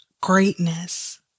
greatness